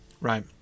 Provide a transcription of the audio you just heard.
right